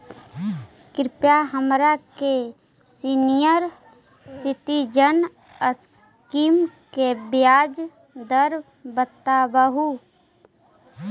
कृपा हमरा के सीनियर सिटीजन स्कीम के ब्याज दर बतावहुं